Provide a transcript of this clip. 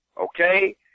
okay